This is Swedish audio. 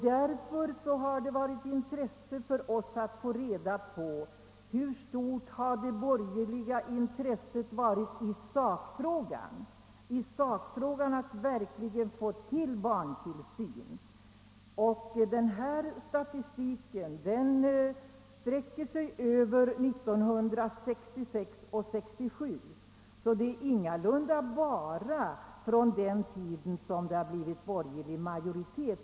Därför har det varit av intresse för oss att få reda på hur stort det borgerliga intresset varit i sakfrågan då det verkligen gäller att få till stånd barntillsyn. Den här statistiken sträcker sig över 1966 och 1967, så det är ingalunda bara från tiden med borgerlig majoritet.